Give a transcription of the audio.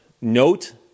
note